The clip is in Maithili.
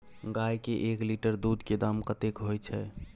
गाय के एक लीटर दूध के दाम कतेक होय छै?